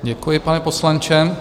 Děkuji, pane poslanče.